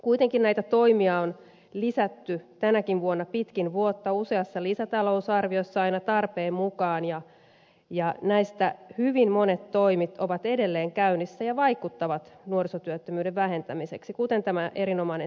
kuitenkin näitä toimia on lisätty tänäkin vuonna pitkin vuotta useassa lisätalousarviossa aina tarpeen mukaan ja näistä hyvin monet toimet ovat edelleen käynnissä ja vaikuttavat nuorisotyöttömyyden vähentämiseksi kuten tämä erinomainen sanssi kortti